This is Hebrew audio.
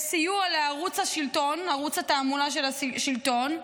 בסיוע לערוץ השלטון, ערוץ התעמולה של השלטון,